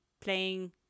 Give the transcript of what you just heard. playing